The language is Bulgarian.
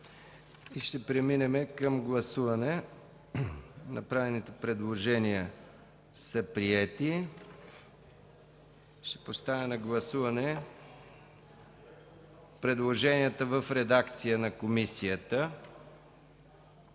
и ще преминем към гласуване. Направените предложения са приети. Ще поставя на гласуване предложенията в редакция на комисията.